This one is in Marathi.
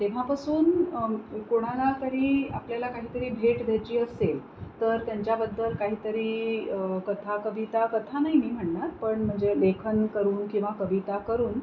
तेव्हापासून कोणाला तरी आपल्याला काहीतरी भेट द्यायची असेल तर त्यांच्याबद्दल काहीतरी कथा कविता कथा नाही मी म्हणणार पण म्हणजे लेखन करून किंवा कविता करून